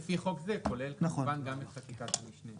אז לפי חוק זה, כולל כמובן גם את חקיקת המשנה.